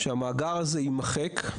שהמאגר הזה יימחק.